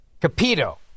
Capito